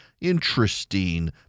Interesting